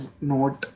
note